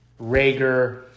Rager